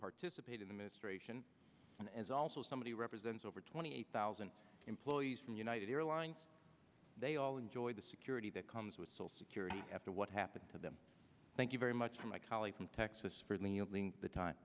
participate in the ministration and also somebody represents over twenty eight thousand employees and united airlines they all enjoy the security that comes with full security after what happened to them thank you very much for my colleague from texas